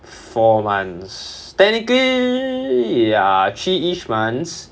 four months technically ya three-ish month